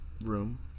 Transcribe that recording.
room